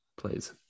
Please